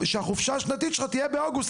שהחופשה השנתית שלך תהיה באוגוסט,